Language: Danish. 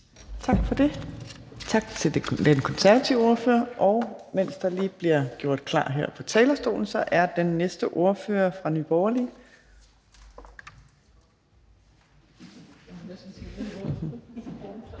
Torp): Tak til den konservative ordfører. Og mens der lige bliver gjort klar her på talerstolen, kan jeg sige, at den næste ordfører er fru